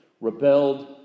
Rebelled